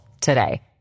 today